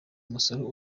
umusoro